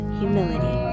humility